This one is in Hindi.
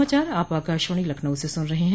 यह समाचार आप आकाशवाणी लखनऊ से सुन रहे हैं